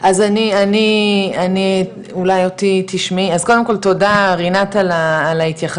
אז אני אולי אותי תשמעי אז קודם כל תודה רינת על ההתייחסות,